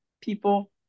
people